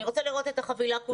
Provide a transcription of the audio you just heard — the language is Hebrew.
אני רוצה לראות את החבילה כולה.